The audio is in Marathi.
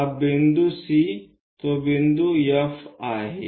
हा बिंदू C तो बिंदू F आहे